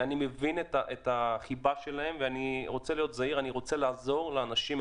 אני מבין את החיבה שלהם ואני רוצה להיות זהיר ולעזור להם.